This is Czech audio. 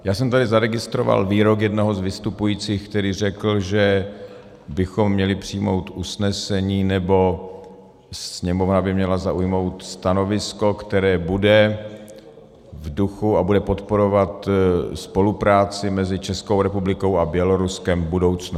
Já jsem tady zaregistroval výrok jednoho z vystupujících, který řekl, že bychom měli přijmout usnesení, nebo Sněmovna by měla zaujmout stanovisko, které bude v duchu a bude podporovat spolupráci mezi Českou republikou a Běloruskem v budoucnu.